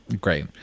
Great